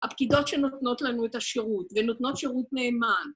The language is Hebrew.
הפקידות שנותנות לנו את השירות ונותנות שירות נאמן.